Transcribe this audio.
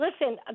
Listen